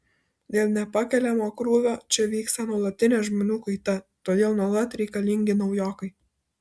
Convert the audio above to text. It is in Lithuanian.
dėl nepakeliamo krūvio čia vyksta nuolatinė žmonių kaita todėl nuolat reikalingi naujokai